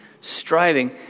striving